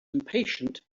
impatient